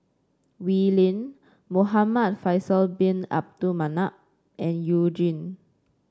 Wee Lin Muhamad Faisal Bin Abdul Manap and You Jin